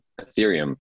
Ethereum